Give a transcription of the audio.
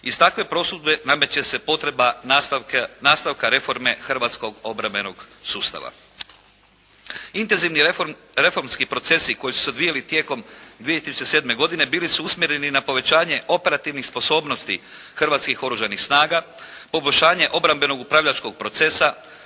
Iz takve prosudbe nameće se potreba nastavka reforma hrvatskog obrambenog sustava. Intenzivni reformski procesi koji su se odvijali tijekom 2007. bili su usmjereni na povećanje operativnih sposobnosti hrvatskih Oružanih snaga, poboljšanje obrambenog upravljačkog procesa,